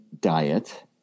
diet